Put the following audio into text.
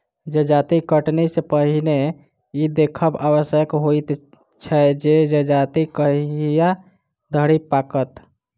जजाति कटनी सॅ पहिने ई देखब आवश्यक होइत छै जे जजाति कहिया धरि पाकत